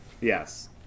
Yes